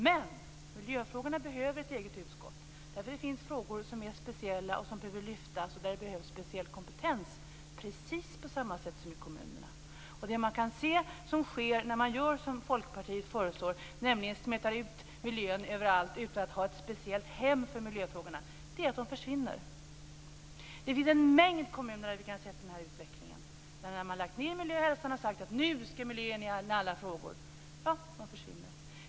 Men miljöfrågorna behöver ett eget utskott, därför att det finns frågor som är speciella och som behöver lyftas och där det behövs speciell kompetens, precis på samma sätt som i kommunerna. Vad som sker när man gör som Folkpartiet föreslår, nämligen att man smetar ut miljöfrågorna överallt utan att ha ett särskilt hem för miljöfrågorna, är att de försvinner. Det finns en mängd kommuner där vi har sett denna utveckling. Man har lagt ned miljöoch hälsoskyddsnämnderna och sagt att nu skall miljön in i alla frågor. Vad händer? Jo, de försvinner.